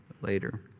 Later